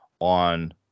on